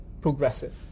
Progressive